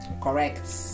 Correct